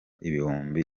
ibihumbi